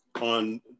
on